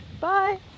Bye